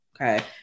Okay